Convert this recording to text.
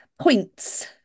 Points